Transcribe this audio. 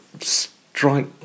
strike